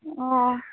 অ